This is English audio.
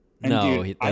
No